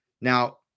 Now